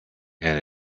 and